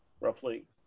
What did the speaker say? roughly